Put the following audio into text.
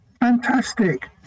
Fantastic